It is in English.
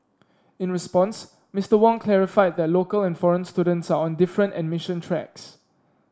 in response Mister Wong clarified that local and foreign students are on different admission tracks